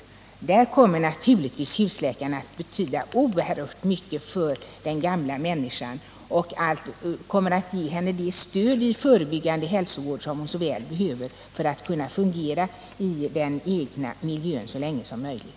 Husläkaren kommer naturligtvis att betyda oerhört mycket för den gamla människan. Han kommer att ge henne det stöd i den förebyggande hälsovården som hon så väl behöver för att kunna fungera i den egna miljön så länge som möjligt.